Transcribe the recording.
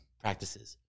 practices